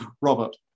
Robert